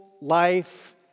life